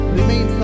remain